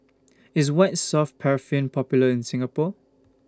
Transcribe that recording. IS White Soft Paraffin Popular in Singapore